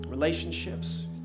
relationships